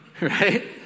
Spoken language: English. right